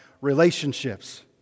relationships